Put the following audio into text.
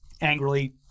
angrily